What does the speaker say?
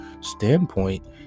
standpoint